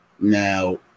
Now